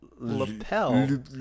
lapel